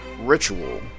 ritual